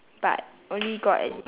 but only god and